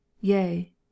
yea